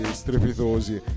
strepitosi